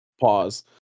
Pause